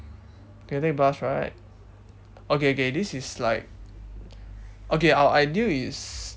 you can take bus right okay okay this is like okay our ideal is